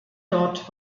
dort